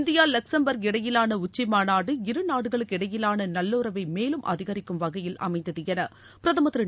India Luxembourg இடையிலான உச்சி மாநாடு இரு நாடுகளுக்கு இடையிலான நல்லுறளவ மேலும் அதிகரிக்கும் வகையில் அமைந்தது என பிரதமர் திரு